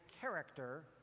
character